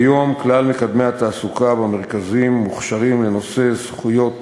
כיום כלל מקדמי התעסוקה במרכזים מוכשרים לנושא זכויות